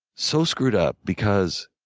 so screwed up because